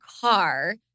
car